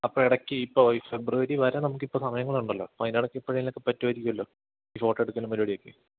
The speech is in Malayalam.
അപ്പോൾ ഇടയ്ക്ക് ഇപ്പോൾ ഈ ഫെബ്രുവരി വരെ നമുക്കിപ്പം സമയങ്ങളുണ്ടല്ലോ അപ്പോൾ അതിന്റെ ഇടയ്ക്ക് എപ്പഴേലുമൊക്കെ പറ്റുമായിരിക്കുമല്ലോ ഈ ഫോട്ടോ എടുക്കലും പരിപാടിയൊക്കെ